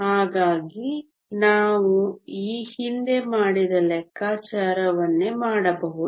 ಹಾಗಾಗಿ ನಾವು ಈ ಹಿಂದೆ ಮಾಡಿದ ಲೆಕ್ಕಾಚಾರವನ್ನೇ ಮಾಡಬಹುದು